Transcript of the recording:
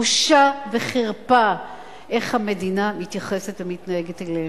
בושה וחרפה איך המדינה מתייחסת ומתנהגת אליהן.